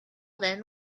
then